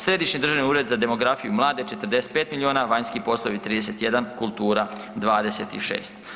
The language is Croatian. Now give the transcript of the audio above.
Središnji državni ured za demografiju i mlade 45 miliona, vanjski poslovi 31, kultura 26.